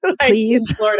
please